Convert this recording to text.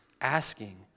asking